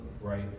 right